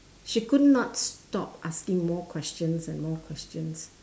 she could not stop asking more questions and more questions